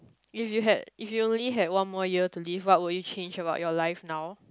if you had if you only had one more year to live what would you change about your life now